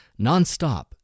nonstop